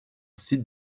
site